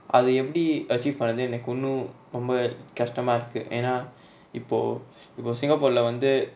அது எப்டி:athu epdi achieve பன்ரது எனக்கு ஒன்னு ரொம்ப கஷ்டமா இருக்கு ஏனா இப்போ இப்போ:panrathu enaku onnu romba kastama iruku yena ippo ippo singapore lah வந்து:vanthu